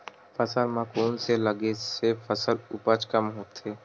फसल म कोन से लगे से फसल उपज कम होथे?